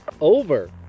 Over